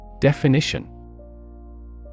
Definition